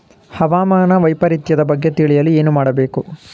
ಹವಾಮಾನ ವೈಪರಿತ್ಯದ ಬಗ್ಗೆ ತಿಳಿಯಲು ಏನು ಮಾಡಬೇಕು?